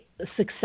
success